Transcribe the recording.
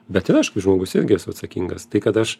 bet ir aš kaip žmogus irgi esu atsakingas tai kad aš